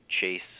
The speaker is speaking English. chase